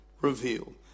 revealed